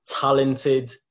talented